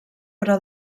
però